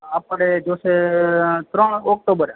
આપણે જોઈશે ત્રણ ઓક્ટોબરે